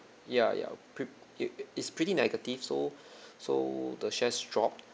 yeah yeah pre it it's pretty negative so so the shares drop